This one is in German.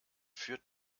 führt